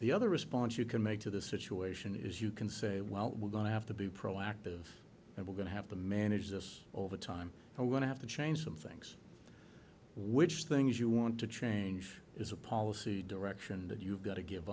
the other response you can make to the situation is you can say well we're going to have to be proactive and we're going to have to manage this all the time i want to have to change some things which things you want to change is a policy direction that you've got to give